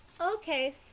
Okay